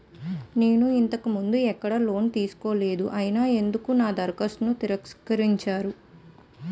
నేను ఇంతకు ముందు ఎక్కడ లోన్ తీసుకోలేదు అయినా ఎందుకు నా దరఖాస్తును తిరస్కరించారు?